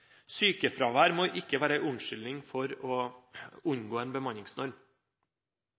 Sykefravær må ikke være en unnskyldning for å unngå en bemanningsnorm.